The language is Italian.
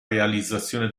realizzazione